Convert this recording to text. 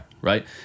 Right